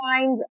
find